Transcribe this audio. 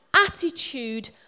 attitude